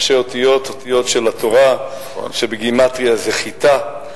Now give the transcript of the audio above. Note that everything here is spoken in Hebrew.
ראשי אותיות, אותיות של התורה, שבגימטריה זה חיטה,